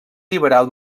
liberal